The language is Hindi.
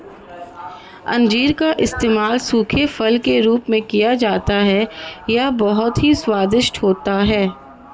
अंजीर का इस्तेमाल सूखे फल के रूप में किया जाता है यह बहुत ही स्वादिष्ट होता है